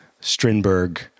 Strindberg